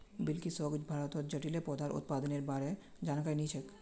बिलकिसक भारतत जलिय पौधार उत्पादनेर बा र जानकारी नी छेक